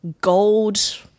gold